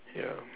ya